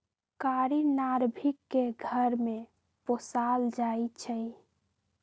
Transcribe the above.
कारी नार्भिक के घर में पोशाल जाइ छइ